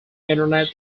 internet